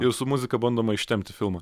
ir su muzika bandoma ištempti filmą